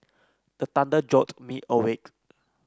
the thunder jolt me awake